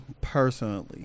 personally